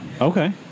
okay